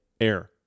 air